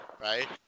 Right